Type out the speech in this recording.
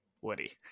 Woody